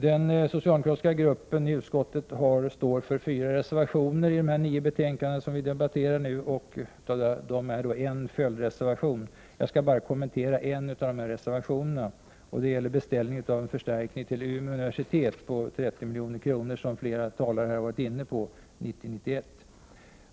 Den socialdemokratiska gruppen i utskottet står för fyra reservationer i de nio betänkanden som vi nu debatterar. En av dessa reservationer är en följdreservation. Jag skall enbart kommentera den av reservationerna som gäller beställning av en förstärkning till Umeå universitet på 30 milj.kr. 1990/91, vilket flera talare har varit inne på.